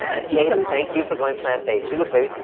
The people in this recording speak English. and kayden thank you for going plant-based. see look baby,